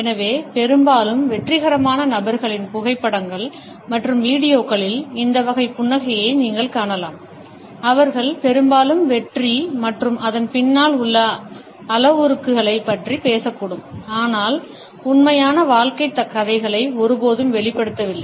எனவே பெரும்பாலும் வெற்றிகரமான நபர்களின் புகைப்படங்கள் மற்றும் வீடியோக்களில் இந்த வகை புன்னகையை நீங்கள் காணலாம் அவர்கள் பெரும்பாலும் வெற்றி மற்றும் அதன் பின்னால் உள்ள அளவுருக்களைப் பற்றி பேசக்கூடும் ஆனால் உண்மையான வாழ்க்கைக் கதைகளை ஒருபோதும் வெளிப்படுத்தவில்லை